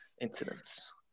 incidents